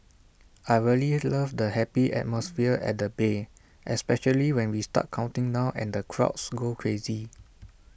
I really love the happy atmosphere at the bay especially when we start counting down and the crowds go crazy